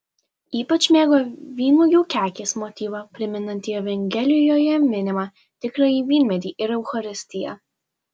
ypač mėgo vynuogių kekės motyvą primenantį evangelijoje minimą tikrąjį vynmedį ir eucharistiją